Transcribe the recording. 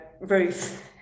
Ruth